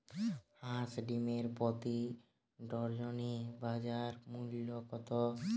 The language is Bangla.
হাঁস ডিমের প্রতি ডজনে বাজার মূল্য কত?